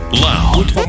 loud